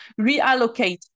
reallocate